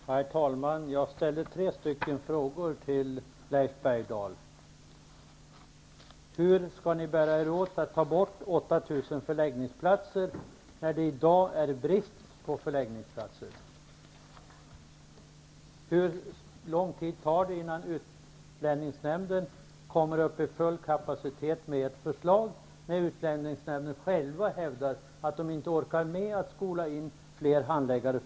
Herr talman! Jag ställde tre frågor till Leif 1. Hur skall ni bära er åt när det gäller att ta bort 8 000 förläggningsplatser? I dag råder det ju brist på förläggningsplatser. 2. Hur lång tid tar det med ert förslag innan utlänningsnämnden når full kapacitet? På utlänningsnämnden hävdar man att man för närvarande inte orkar med att skola in fler handläggare.